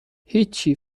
هیچی